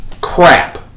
crap